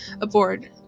aboard